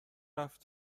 رفت